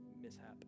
mishap